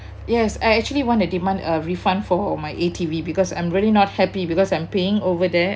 yes I actually wanna demand a refund for my A_T_V because I'm really not happy because I'm paying over there